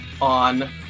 on